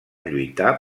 lluitar